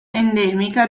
endemica